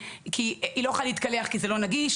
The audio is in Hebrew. כי היא לא יכולה להתקלח כי זה לא נגיש.